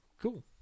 Cool